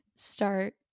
start